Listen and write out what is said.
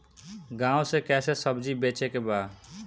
गांव से कैसे सब्जी बेचे के बा?